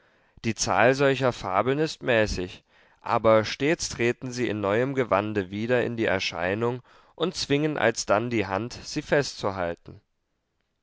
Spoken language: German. die zahl solcher fabeln ist mäßig aber stets treten sie in neuem gewande wieder in die erscheinung und zwingen alsdann die hand sie festzuhalten